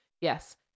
Yes